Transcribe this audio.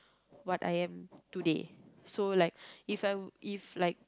what I am today so like if I'm if like